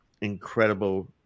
incredible